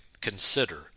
consider